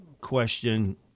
question